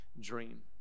dream